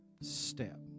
step